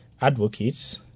advocates